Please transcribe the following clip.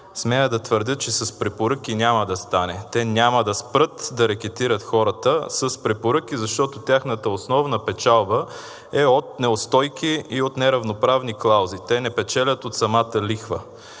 смея да твърдя, че с препоръки няма да стане. Те няма да спрат да рекетират хората с препоръки, защото тяхната основна печалба е от неустойки и от неравноправни клаузи. Те не печелят от самата лихва.